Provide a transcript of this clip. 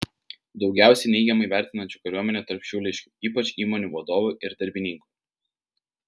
daugiausiai neigiamai vertinančių kariuomenę tarp šiauliškių ypač įmonių vadovų ir darbininkų